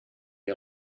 est